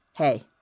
hey